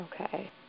Okay